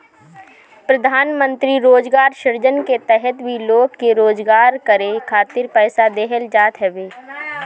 प्रधानमंत्री रोजगार सृजन के तहत भी लोग के रोजगार करे खातिर पईसा देहल जात हवे